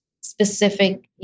specific